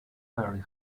ferry